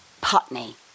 Putney